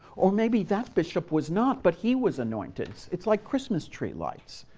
or maybe that bishop was not, but he was anointed it's it's like christmas tree lights,